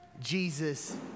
Jesus